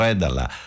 dalla